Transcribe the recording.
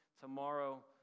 tomorrow